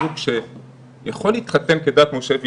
בהיעדר מסלול נישואים,